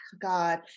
God